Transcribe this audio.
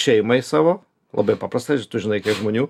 šeimai savo labai paprasta tu žinai kiek žmonių